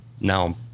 now